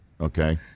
okay